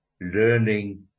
learning